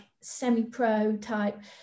semi-pro-type